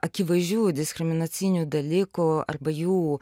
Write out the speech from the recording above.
akivaizdžių diskriminacinių dalykų arba jų